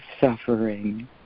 suffering